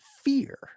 fear